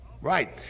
Right